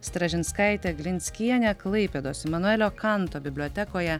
stražinskaite glinskiene klaipėdos imanuelio kanto bibliotekoje